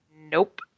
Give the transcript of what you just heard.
nope